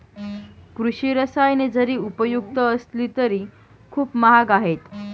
कृषी रसायने जरी उपयुक्त असली तरी ती खूप महाग आहेत